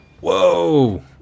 Whoa